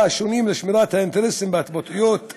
השונים על שמירת האינטרסים ולהתבטאויות על